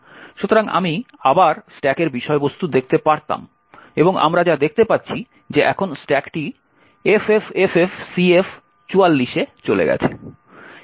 সুতরাং আমি আবার স্ট্যাকের বিষয়বস্তু দেখতে পারতাম এবং আমরা যা দেখতে পাচ্ছি যে এখন স্ট্যাকটি ffffcf44 এ চলে গেছে